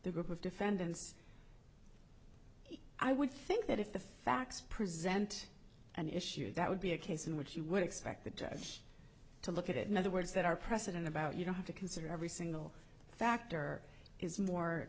the group of defendants i would think that if the facts present an issue that would be a case in which you would expect the judge to look at it in other words that are precedent about you don't have to consider every single factor is more